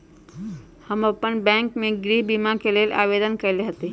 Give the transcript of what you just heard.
हम अप्पन बैंक में गृह बीमा के लेल आवेदन कएले हति